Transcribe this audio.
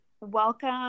welcome